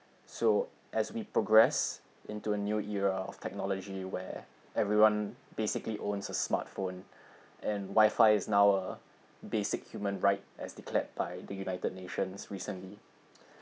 so as we progress into a new era of technology where everyone basically owns a smartphone and wi-fi is now a basic human right as declared by the united nations recently